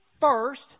first